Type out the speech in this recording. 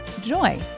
joy